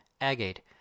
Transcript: agate